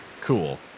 Cool